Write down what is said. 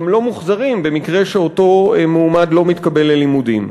גם לא מוחזרים במקרה שאותו מועמד לא מתקבל ללימודים.